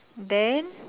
then